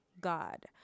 god